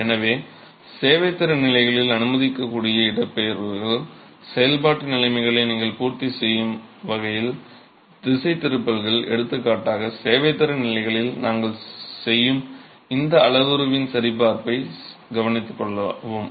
எனவே சேவைத்திறன் நிலைகளில் அனுமதிக்கக்கூடிய இடப்பெயர்வுகள் செயல்பாட்டு நிலைமைகளை நீங்கள் பூர்த்தி செய்யும் வகையில் திசைதிருப்பல்கள் எடுத்துக்காட்டாக சேவைத்திறன் நிலைகளில் நாங்கள் செய்யும் இந்த அளவுருவின் சரிபார்ப்பைக் கவனித்துக்கொள்ளலாம்